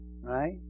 right